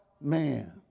man